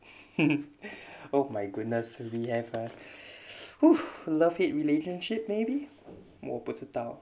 oh my goodness we have a love hate relationship maybe 我不知道